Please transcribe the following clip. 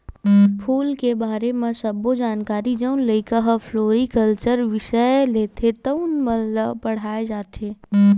फूल के बारे म सब्बो जानकारी जउन लइका ह फ्लोरिकलचर बिसय लेथे तउन मन ल पड़हाय जाथे